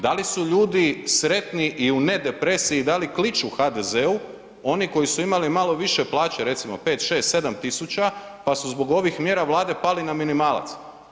Da li su ljudi sretni i u ne depresiji, da li kliču HDZ-u oni koji su imali malo više plaće, recimo 5, 6, 7000 pa su zbog ovih mjera Vlade pali na minimalac?